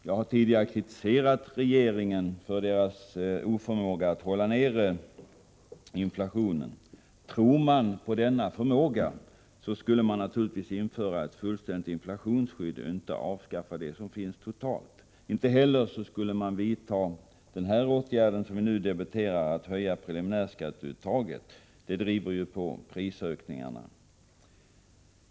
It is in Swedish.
Jag har tidigare kritiserat regeringen för dess oförmåga att hålla inflationen nere. Trodde socialdemokraterna på denna förmåga, skulle de naturligtvis införa ett fullständigt inflationsskydd och inte totalt avskaffa det som i dag finns. Inte heller skulle regeringen i så fall vidta den åtgärd som vi nu debatterar, att höja preliminärskatteuttaget. Det driver ju på prisökningarna.